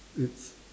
it's